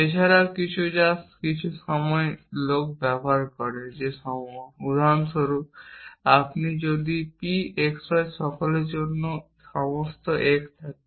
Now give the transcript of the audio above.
এছাড়াও কিছু যা কিছু সময় ব্যবহার করা হয় যে উদাহরণস্বরূপ আপনি যদি p x y দ্বারা সকলের জন্য সব x থাকে